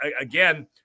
again